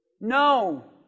No